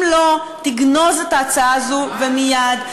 אם לא, תגנוז את ההצעה הזאת, ומייד.